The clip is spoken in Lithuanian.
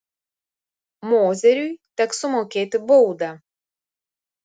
mozeriui teks sumokėti baudą